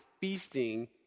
feasting